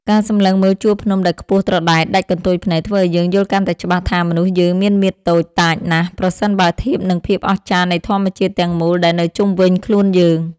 ការសម្លឹងមើលជួរភ្នំដែលខ្ពស់ត្រដែតដាច់កន្ទុយភ្នែកធ្វើឱ្យយើងយល់កាន់តែច្បាស់ថាមនុស្សយើងមានមាឌតូចតាចណាស់ប្រសិនបើធៀបនឹងភាពអស្ចារ្យនៃធម្មជាតិទាំងមូលដែលនៅជុំវិញខ្លួនយើង។